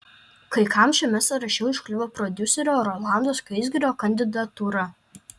kai kam šiame sąraše užkliuvo prodiuserio rolando skaisgirio kandidatūra